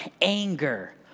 anger